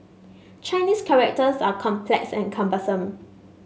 Chinese characters are complex and cumbersome